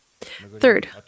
Third